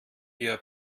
ihr